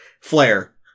Flare